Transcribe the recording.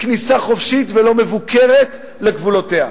כניסה חופשית ולא מבוקרת לגבולותיה.